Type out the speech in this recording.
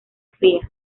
fría